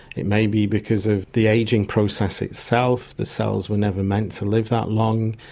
it may be because of the ageing process itself, the cells were never meant to live that long,